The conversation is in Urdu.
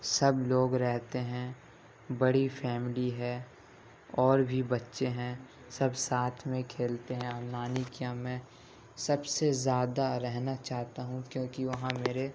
سب لوگ رہتے ہیں بڑی فیملی ہے اور بھی بچے ہیں سب ساتھ میں کھیلتے ہیں اور نانی کے یہاں میں سب سے زیادہ رہنا چاہتا ہوں کیونکہ وہاں میرے